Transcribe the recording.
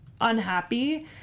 unhappy